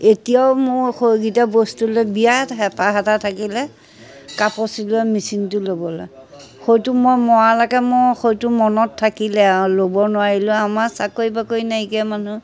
এতিয়াও মোৰ সেইকেইটা বস্তুলৈ বিৰাত হেঁপাহ এটা থাকিলে কাপোৰ চিলোৱা মেচিনটো ল'বলৈ সেইটো মই মৰালৈকে মোৰ সেইটো মনত থাকিলে আৰু ল'ব নোৱাৰিলোঁ আৰু আমাৰ চাকৰি বাকৰি নাইকিয়া মানুহ